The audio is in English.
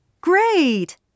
Great